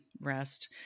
rest